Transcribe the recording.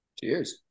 Cheers